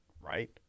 right